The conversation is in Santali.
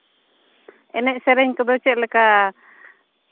ᱮᱱᱮᱡᱼᱥᱮᱨᱮᱧ ᱠᱚᱫᱚ ᱪᱮᱫ ᱞᱮᱠᱟ